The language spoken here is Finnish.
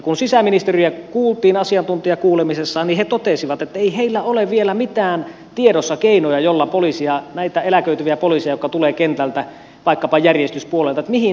kun sisäministeriötä kuultiin asiantuntijakuulemisessa niin he totesivat että ei heillä ole vielä tiedossa mitään keinoja joilla näitä eläköityviä poliiseja jotka tulevat kentältä vaikkapa järjestyspuolelta sijoitettaisiin